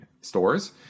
stores